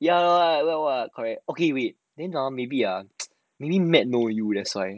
!wah! correct ya eh then maybe matte know you that's why